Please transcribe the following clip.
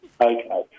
Okay